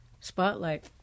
spotlight